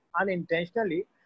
unintentionally